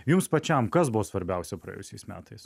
jums pačiam kas buvo svarbiausia praėjusiais metais